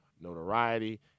notoriety